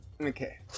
Okay